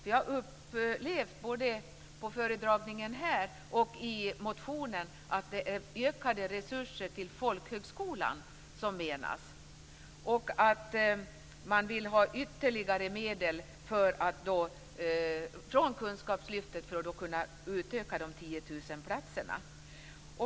Vi har hört under föredragningen här och läst i motionen att det är ökade resurser till folkhögskolan som avses och att man vill ha ytterligare medel från kunskapslyftet för att kunna öka antalet platser utöver de 10 000 platserna.